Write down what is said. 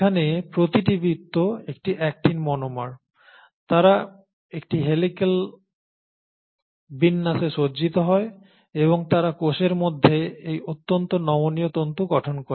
এখানে প্রতিটি বৃত্ত একটি অ্যাক্টিন মনোমার তারা একটি হেলিক্যাল বিন্যাসে সজ্জিত হয় এবং তারা কোষের মধ্যে এই অত্যন্ত নমনীয় তন্তু গঠন করে